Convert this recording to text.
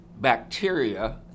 bacteria